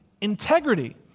integrity